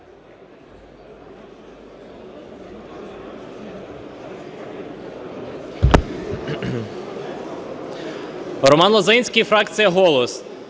Роман Лозинський, фракція "Голос".